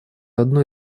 одной